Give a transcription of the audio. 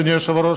אדוני היושב-ראש?